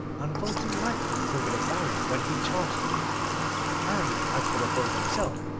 and vaulting lightly over the barrier when he charged them and as for the bull himself,